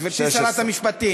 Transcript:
16. גברתי שרת המשפטים,